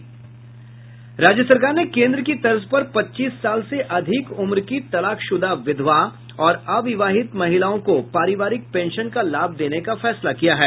राज्य सरकार ने केन्द्र की तर्ज पर पच्चीस साल से अधिक उम्र की तलाकश्रदा विधवा और अविवाहित महिलाओं को पारिवारिक पेंशन का लाभ देने का फैसला किया है